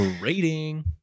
Rating